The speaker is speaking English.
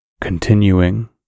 Continuing